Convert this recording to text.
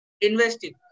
Investing